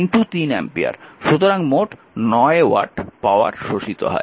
সুতরাং মোট 9 watt power শোষিত হয়